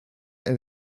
and